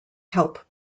help